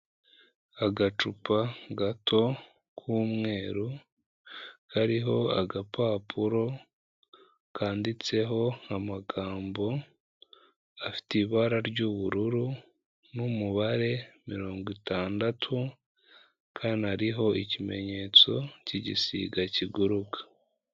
Agacupa gato k'umweru kariho agapapuro kanditseho amagambo afite ibara ry'ubururu n'umubare mirongo itandatu, kanariho ikimenyetso cy'igisiga kiguruka.